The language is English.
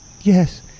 Yes